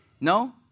No